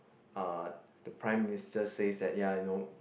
uh the Prime Minister says that ya I know